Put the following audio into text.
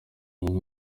inka